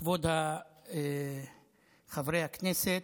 כבוד חברי הכנסת,